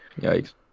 Yikes